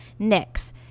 NYX